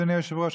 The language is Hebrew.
אדוני היושב-ראש,